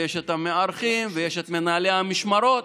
יש את המארחים ויש את מנהלי המשמרות.